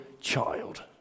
child